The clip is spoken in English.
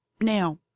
Now